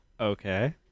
okay